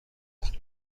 پخته